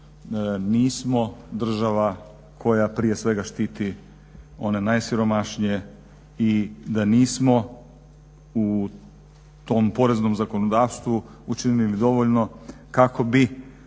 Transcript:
nismo država koja prije svega štiti one najsiromašnije i da nismo u tom poreznom zakonodavstvu učinili dovoljno kako bi